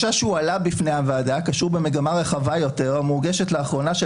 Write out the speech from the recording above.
החשש שהועלה בפני הוועדה קשור במגמה רחבה יותר המורגשת לאחרונה של